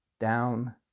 down